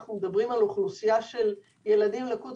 אנחנו מדברים על אוכלוסייה של ילדים עם לקות